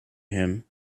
him